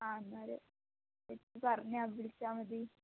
ആ എന്നാൽ ശരി പറഞ്ഞ് വിളിച്ചാൽ മതി